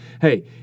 hey